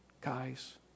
guys